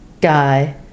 Guy